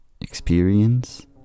experience